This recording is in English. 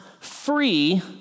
free